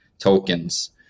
tokens